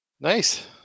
Nice